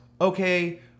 okay